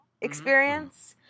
experience